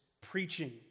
preaching